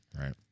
Right